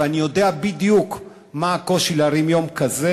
ואני יודע בדיוק מה הקושי להרים יום כזה,